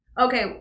Okay